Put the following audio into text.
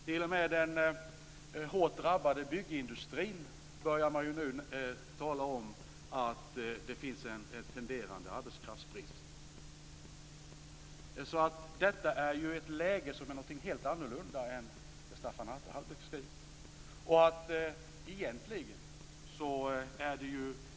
T.o.m. inom den hårt drabbade byggindustrin börjar man nu tala om att det finns en tendens till arbetskraftsbrist. Detta läge är helt annorlunda än det som Stefan Attefall beskriver.